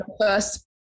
first